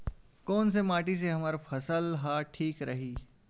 कोन से माटी से हमर फसल ह ठीक रही?